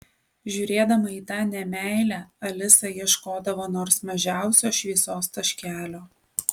žiūrėdama į tą nemeilę alisa ieškodavo nors mažiausio šviesos taškelio